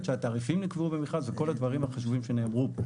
שהתעריפים נקבעו במכרז וכל הדברים החשובים שנאמרו.